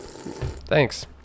thanks